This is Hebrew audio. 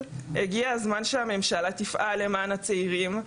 הגיע הזמן שהממשלה תפעל למען הצעירים,